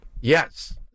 Yes